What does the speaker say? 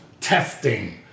testing